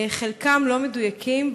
חלקם לא מדויקים,